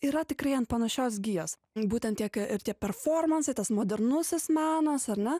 yra tikrai ant panašios gijos būtent tiek ir tie performansai tas modernusis menas ar ne